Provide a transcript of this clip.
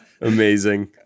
Amazing